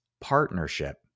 partnership